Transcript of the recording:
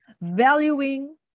Valuing